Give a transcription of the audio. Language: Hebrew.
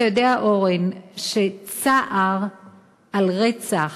אתה יודע, אורן, שצער על רצח